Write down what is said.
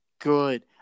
Good